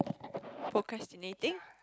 procrastinating